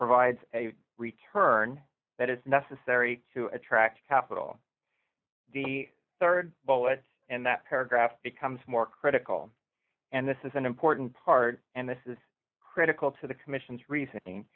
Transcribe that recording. provides a return that is necessary to attract capital the rd bullet in that paragraph becomes more critical and this is an important part and this is critical to the commission's re